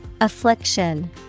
Affliction